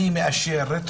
זירות